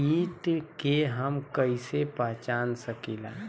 कीट के हम कईसे पहचान सकीला